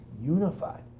unified